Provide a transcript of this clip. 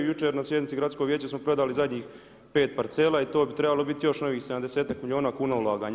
Jučer na sjednici gradskog vijeća smo predali zadnjih 5 parcela i to bi trebalo biti još novih 70-ak miliona kuna ulaganja.